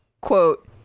quote